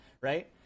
right